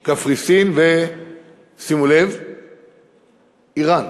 קפריסין, ושימו לב איראן.